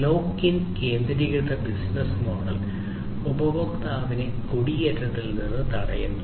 lock in കേന്ദ്രീകൃത business model ഉപഭോക്താവിനെ കുടിയേറ്റത്തിൽ നിന്ന് തടയുന്നു